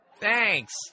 thanks